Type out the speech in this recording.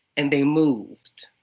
and they moved.